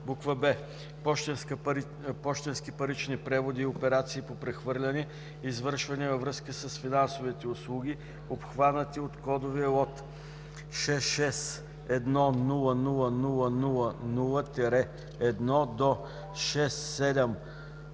поща); б) пощенски парични преводи и операции по прехвърляне, извършвани във връзка с финансовите услуги, обхванати от кодове от 66100000-1 до 66720000-3